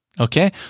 Okay